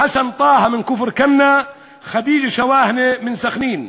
חסן טה מכפר כנא, ח'דיג'ה שוואהנה מסח'נין.